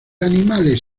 animales